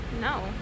no